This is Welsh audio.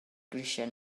grisiau